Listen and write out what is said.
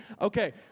Okay